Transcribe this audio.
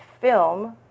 film